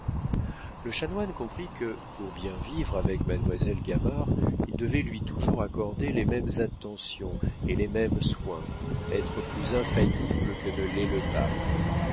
le chanoine comprit que pour bien vivre avec mademoiselle gamard il devait lui toujours accorder les mêmes attentions et les mêmes soins être plus infaillible que ne l'est le pape